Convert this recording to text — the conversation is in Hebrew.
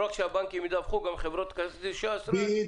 לא רק שהבנקים ידווחו אלא גם חברות כרטיסי האשראי.